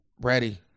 Ready